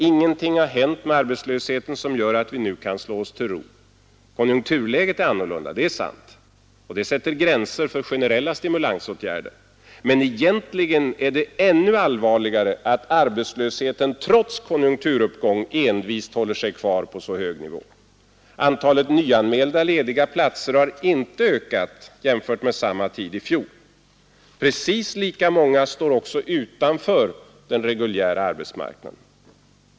Ingenting har hänt med arbetslösheten som gör att vi nu kan slå oss till ro. Konjunkturläget är annorlunda — det är sant. Det sätter gränser för generella stimulansåtgärder. Men egentligen är det ännu allvarligare att arbetslösheten trots konjunkturuppgång envist håller sig kvar på samma höga nivå. Antalet nyanmälda lediga platser har inte ökat jämfört med samma tid i fjol. Precis lika många står ock arbetsmarknaden.